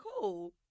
cool